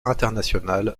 international